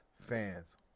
fans